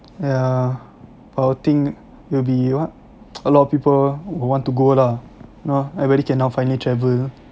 ya but I think it will be what a lot of people would want to go lah know everybody can now finally travel